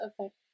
affect